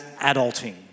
adulting